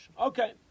Okay